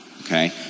Okay